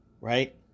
Right